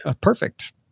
perfect